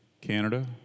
Canada